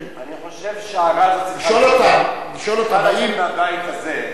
אני חושב שההערה הזאת צריכה לצאת מהבית הזה,